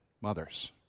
mothers